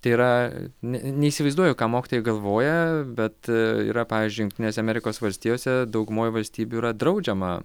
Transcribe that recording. tai yra ne neįsivaizduoju ką mokytojai galvoja bet yra pavyzdžiui jungtinėse amerikos valstijose daugumoj valstybių yra draudžiama